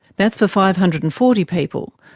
that's for five hundred and forty people.